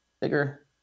bigger